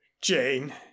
jane